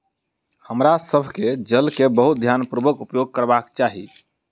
हमरा सभ के जल के बहुत ध्यानपूर्वक उपयोग करबाक चाही